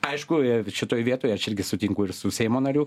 aišku šitoj vietoj aš irgi sutinku ir su seimo nariu